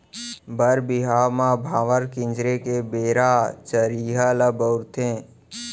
बर बिहाव म भांवर किंजरे के बेरा चरिहा ल बउरथे